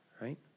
Right